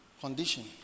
condition